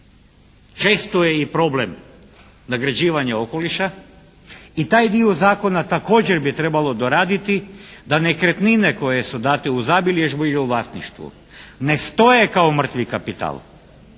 često je i problem nagrđivanja okoliša i taj dio zakona također bi trebalo doraditi da nekretnine koje su date u zabilježbu i u vlasništvu ne stoje kao mrtvi kapital.